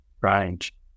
range